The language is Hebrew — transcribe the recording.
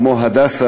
כמו "הדסה",